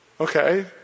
Okay